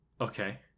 Okay